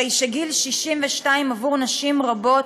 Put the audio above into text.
הרי שגיל 62 עבור נשים רבות